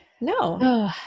No